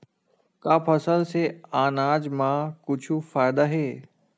का फसल से आनाज मा कुछु फ़ायदा हे?